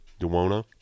Duwona